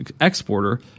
exporter